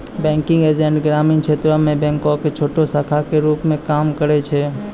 banking agent ग्रामीण क्षेत्रो मे बैंको के छोटो शाखा के रुप मे काम करै छै